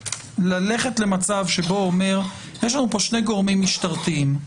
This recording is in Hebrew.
ללכת למצב שבו יש לנו פה שני גורמים משטרתיים,